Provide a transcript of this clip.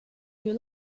you